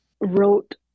wrote